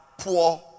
poor